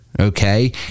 okay